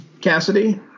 Cassidy